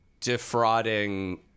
defrauding